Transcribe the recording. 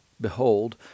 Behold